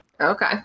Okay